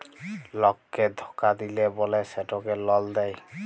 লককে ধকা দিল্যে বল্যে সেটকে লল দেঁয়